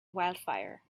wildfire